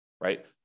right